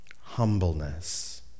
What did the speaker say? Humbleness